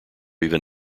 even